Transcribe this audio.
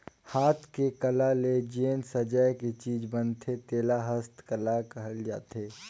हाथ के कला ले जेन सजाए के चीज बनथे तेला हस्तकला कहल जाथे